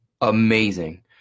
amazing